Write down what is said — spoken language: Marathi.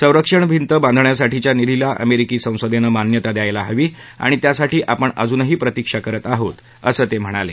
संरक्षण भींत बांधण्यासाठीच्या निधीला अमेरिकी संसदेनं मान्यता द्यायला हवी आणि त्यासाठी आपण अजूनही प्रतिक्षा करत आहोत असं ते म्हणाले